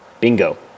Bingo